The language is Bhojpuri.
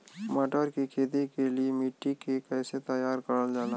मटर की खेती के लिए मिट्टी के कैसे तैयार करल जाला?